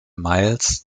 miles